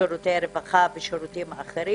שירותי רווחה ואחרים.